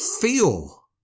Feel